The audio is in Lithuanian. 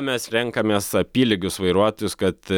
mes renkamės apylygius vairuotojus kad